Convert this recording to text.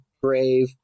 brave